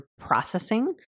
processing